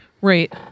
Right